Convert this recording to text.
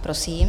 Prosím.